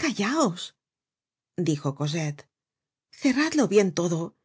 callaos dijo cosette cerradlo bien todo